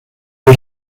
del